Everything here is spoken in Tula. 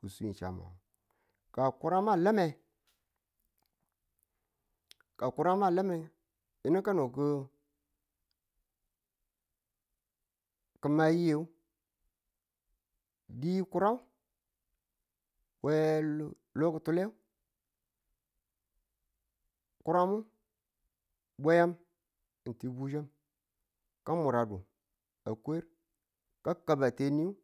ki̱ swi chamme. ka kurangu a lame yinu kanu nubu ki̱ ma yiye di kurang we lo ki̱tule kurangu bwayam ng ti bujam ka muradu a kur ka kaba teniyu